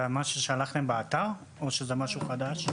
זה מה ששלחתם והופיע באתר או שזה משהו חדש?